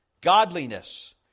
godliness